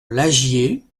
lagier